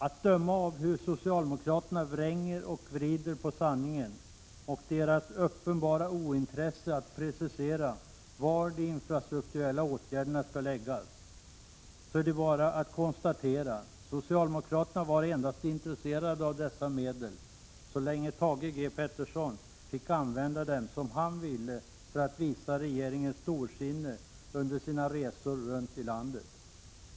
Att döma av hur socialdemokraterna vränger och vrider på sanningen och deras uppenbara ointresse av att precisera var de infrastrukturella åtgärderna skall läggas är det bara att konstatera socialdemokraterna endast var intresserade av dessa medel så länge Thage G Peterson fick använda dem som han ville för att visa regeringens storsinne under sina resor runt i landet.